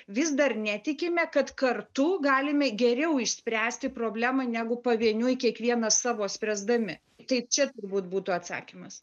vis dar netikime kad kartu galime geriau išspręsti problemą negu pavieniui kiekvienas savo spręsdami tai čia turbūt būtų atsakymas